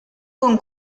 con